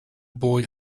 boy